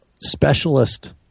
specialist